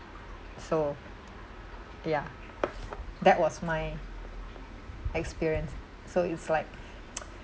so ya that was my experience so it's like